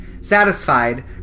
Satisfied